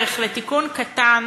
שאפשרה התחלת דרך לתיקון קטן